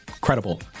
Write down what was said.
credible